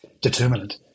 determinant